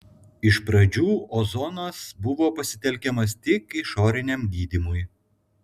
iš pradžių ozonas buvo pasitelkiamas tik išoriniam gydymui